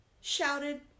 shouted